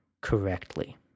correctly